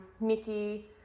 Mickey